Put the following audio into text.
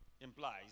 implies